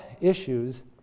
issues